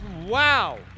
Wow